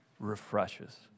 refreshes